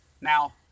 Now